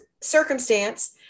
circumstance